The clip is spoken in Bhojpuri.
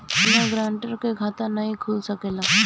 बिना गारंटर के खाता नाहीं खुल सकेला?